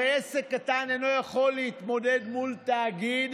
הרי עסק קטן אינו יכול להתמודד מול תאגיד,